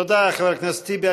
תודה, חבר הכנסת טיבי.